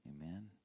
Amen